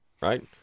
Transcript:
right